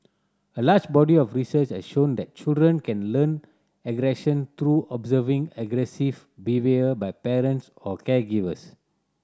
a large body of research has shown that children can learn aggression through observing aggressive behaviour by parents or caregivers